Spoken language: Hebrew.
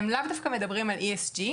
הם לאו דווקא מדברים על ESG,